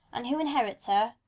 and who inherits her,